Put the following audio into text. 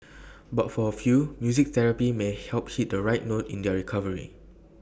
but for A few music therapy may help hit the right note in their recovery